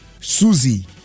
Susie